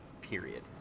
period